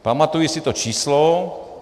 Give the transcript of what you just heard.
Pamatuji si to číslo.